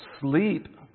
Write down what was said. sleep